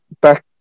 back